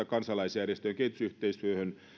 kansalaisjärjestöjen kehitysyhteistyöhön